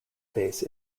base